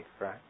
right